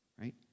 right